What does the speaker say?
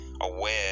aware